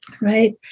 right